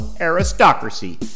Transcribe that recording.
aristocracy